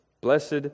blessed